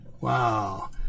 Wow